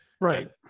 right